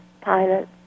pilot